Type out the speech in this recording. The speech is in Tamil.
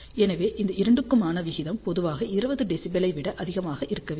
எனவே இந்த இரண்டுக்குமான விகிதம் பொதுவாக 20 dB ஐ விட அதிகமாக இருக்க வேண்டும்